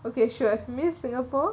okay sure miss singapore